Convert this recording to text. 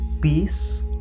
Peace